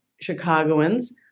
Chicagoans